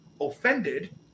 offended